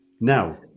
Now